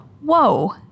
whoa